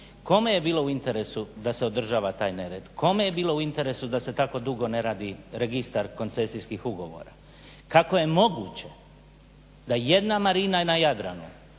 kome je bilo u interesu da se održava taj nered? Kome je bilo u interesu da se tako dugo ne radi registar koncesijskih ugovora? Kako je moguće da jedna marina na Jadranu